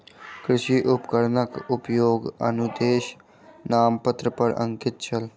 कृषि उपकरणक उपयोगक अनुदेश नामपत्र पर अंकित छल